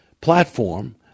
platform